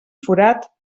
forat